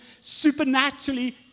supernaturally